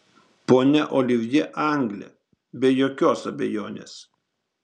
ponia olivjė anglė be jokios abejonės